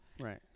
Right